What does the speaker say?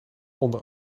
onder